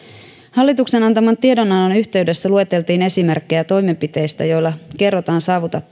hallituksen antaman tiedonannon yhteydessä lueteltiin esimerkkejä toimenpiteistä joilla kerrotaan saavutetun